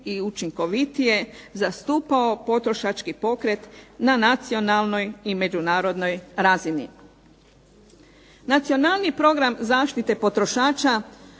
i učinkovitije zastupao potrošački pokret na nacionalnoj i međunarodnoj razini. Nacionalni program zaštite potrošača